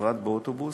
בפרט באוטובוסים,